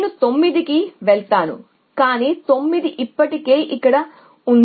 నేను 9 కి వెళ్తాను కాని 9 ఇప్పటికే ఇక్కడ ఉన్నాను